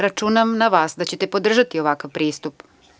Računam na vas da ćete podržati ovakav pristup.